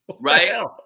Right